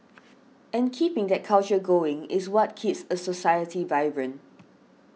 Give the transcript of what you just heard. and keeping that culture going is what keeps a society vibrant